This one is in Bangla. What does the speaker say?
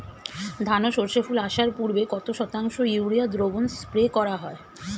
ধান ও সর্ষে ফুল আসার পূর্বে কত শতাংশ ইউরিয়া দ্রবণ স্প্রে করা হয়?